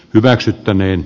arvokas